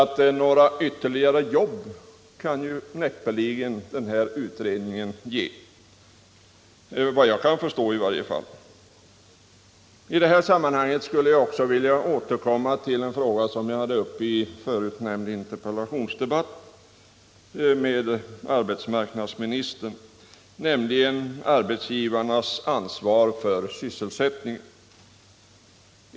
Några ytterligare jobb kan ju näppeligen den här utredningen ge, i varje fall vad jag kan förstå. I det här sammanhanget skulle jag också vilja återkomma till en fråga som varit uppe förut i en interpellationsdebatt med arbetsmarknadsministern, nämligen arbetsgivarnas ansvar för sysselsättningen.